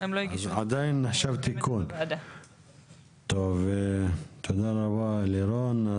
אז עדיין נחשב תיקון, תודה רבה לירון.